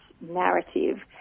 narrative